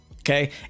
Okay